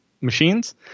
machines